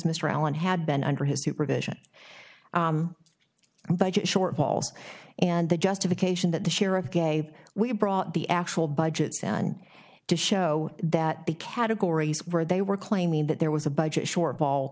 mr allen had been under his supervision budget shortfalls and the justification that the sheriff gave we brought the actual budgets on to show that the categories where they were claiming that there was a budget shortfall